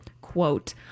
Quote